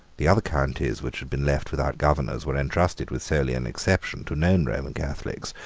the other counties which had been left without governors were entrusted, with scarcely an exception, to known roman catholics,